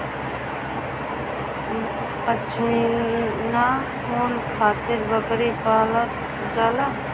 पश्मीना ऊन खातिर बकरी पालल जाला